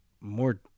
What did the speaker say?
more